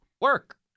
Work